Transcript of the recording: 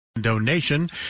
Donation